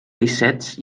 peixets